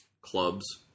clubs